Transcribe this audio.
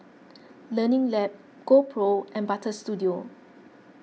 Learning Lab GoPro and Butter Studio